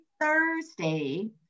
Thursday